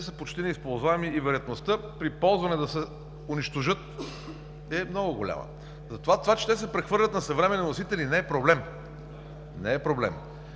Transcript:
са почти неизползваеми и вероятността при ползване да се унищожат е много голяма. Затова това, че те се прехвърлят на съвременни носители, не е проблем, не е проблем,